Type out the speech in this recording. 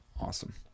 Awesome